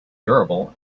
durable